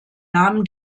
namen